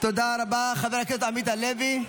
חבר הכנסת עמית הלוי,